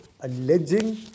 alleging